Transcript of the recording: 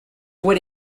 what